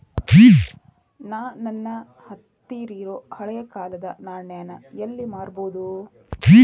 ನಾ ನನ್ನ ಹತ್ರಿರೊ ಹಳೆ ಕಾಲದ್ ನಾಣ್ಯ ನ ಎಲ್ಲಿ ಮಾರ್ಬೊದು?